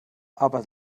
aber